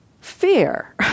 fear